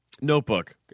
notebook